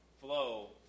flow